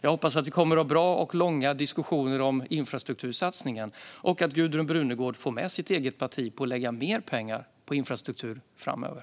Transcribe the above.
Jag hoppas att vi kommer att ha bra och långa diskussioner om infrastruktursatsningen och att Gudrun Brunegård får med sitt eget parti på att lägga mer pengar på infrastruktur framöver.